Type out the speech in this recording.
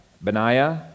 Benaiah